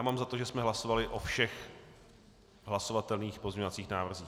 Mám za to, že jsme hlasovali o všech hlasovatelných pozměňovacích návrzích.